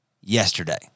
yesterday